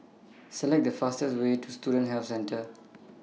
Select The fastest Way to Student Health Centre